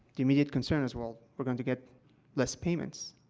immediate concern is, well, we're going to get less payments